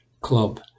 club